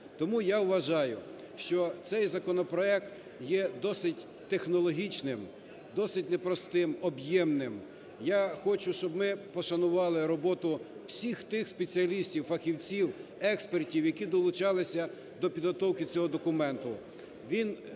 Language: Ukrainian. Тому, я вважаю, що цей законопроект є досить технологічним, досить непростим, об'ємним. Я хочу, щоб ми пошанували роботу всіх тих спеціалістів, фахівців, експертів, які долучалися до підготовки цього документу.